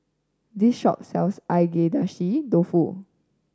this shop sells Agedashi Dofu